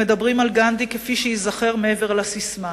מדברים על גנדי כפי שייזכר מעבר לססמה,